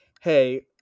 Hey